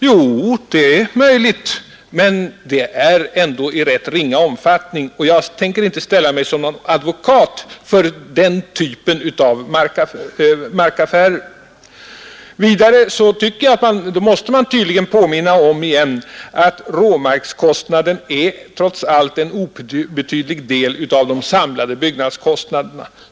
Jo, det är möjligt, men det är ändå i ganska ringa omfattning. Jag tänker emellertid inte ställa upp som någon advokat för den typen av markaffärer. Vidare måste man tydligen åter påminna om att råmarkskostnaden trots allt är en obetydlig del av de samlade byggnadskostnaderna.